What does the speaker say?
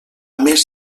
més